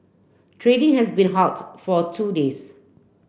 trading has been halted for two days